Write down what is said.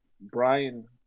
Brian